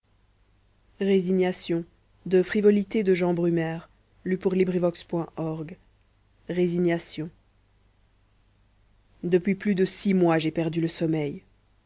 mourir resignation depuis plus de six mois j'ai perdu le sommeil